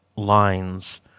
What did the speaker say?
Lines